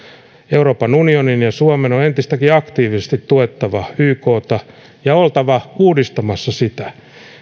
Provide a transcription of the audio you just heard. euroopan unionin ja suomen on entistäkin aktiivisemmin tuettava ykta ja oltava uudistamassa sitä